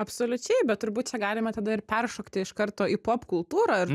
absoliučiai bet turbūt čia galime tada ir peršokti iš karto į pop kultūrą ir